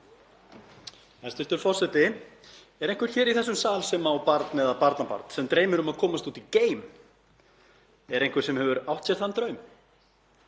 Hæstv. forseti. Er einhver hér í þessum sal sem á barn eða barnabörn sem dreymir um að komast út í geim? Er einhver sem hefur átt sér þann draum?